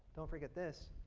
don't forget this